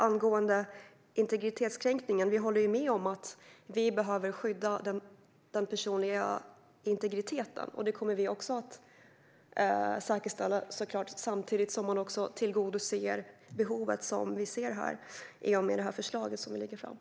Angående integritetskränkningen håller vi med om att vi behöver skydda den personliga integriteten. I och med det förslag som vi lägger fram kommer vi såklart att säkerställa det samtidigt som behovet som vi ser här också tillgodoses.